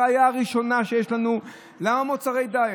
הראיה הראשונה שיש לנו, למה מוצרי דיאט?